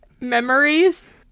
Memories